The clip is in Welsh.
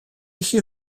gallu